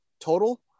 total